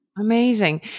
Amazing